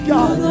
God